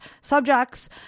subjects